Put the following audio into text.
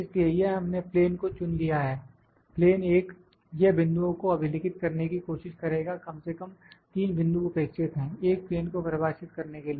इसलिए यह हमने प्लेन को चुन लिया है प्लेन 1 यह बिंदुओं को अभिलिखित करने की कोशिश करेगा कम से कम 3 बिंदु अपेक्षित है एक प्लेन को परिभाषित करने के लिए